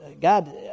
God